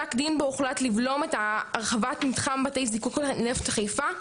פסק דין בו הוחלט לבלום את ההרחבת מתחם בתי זיקוק הנפט בחיפה,